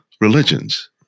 religions